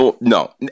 No